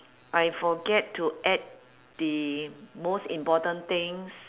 I forget to add the most important things